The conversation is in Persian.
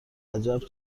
عجب